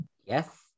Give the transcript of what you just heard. Yes